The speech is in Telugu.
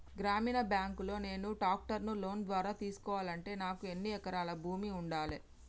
గ్రామీణ బ్యాంక్ లో నేను ట్రాక్టర్ను లోన్ ద్వారా తీసుకోవాలంటే నాకు ఎన్ని ఎకరాల భూమి ఉండాలే?